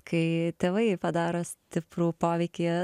kai tėvai padaro stiprų poveikį